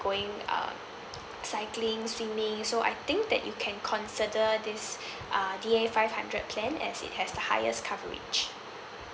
going uh cycling swimming so I think that you can consider this uh D A five hundred plan as it has the highest coverage